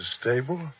stable